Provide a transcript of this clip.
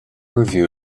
review